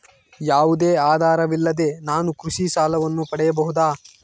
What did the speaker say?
ಯಾವುದೇ ಆಧಾರವಿಲ್ಲದೆ ನಾನು ಕೃಷಿ ಸಾಲವನ್ನು ಪಡೆಯಬಹುದಾ?